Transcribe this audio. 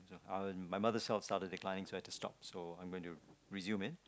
uh my mother cells started to decline so I've to stop so I'm going to resume it